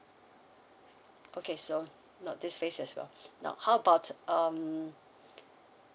okay so not this phase as well so how about um